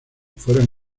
fueron